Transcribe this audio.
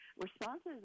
responses